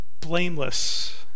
blameless